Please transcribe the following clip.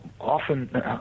often